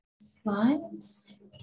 slides